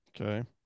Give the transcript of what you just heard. Okay